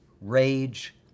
rage